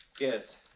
Yes